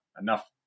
enough